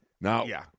Now